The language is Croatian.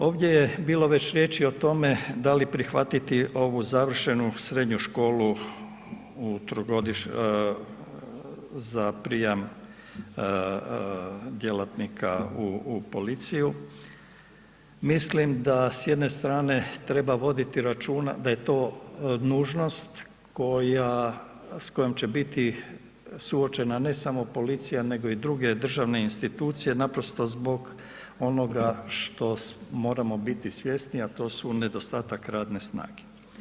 Ovdje je bilo već riječi o tome da li prihvatiti ovu završenu srednju školu za prijam djelatnika u policiju, mislim da s jedne strane treba voditi računa da je to nužnost s kojom će biti suočena ne samo policija nego i druge državne institucije naprosto zbog onoga što moramo biti svjesni a to su nedostatak radne snage.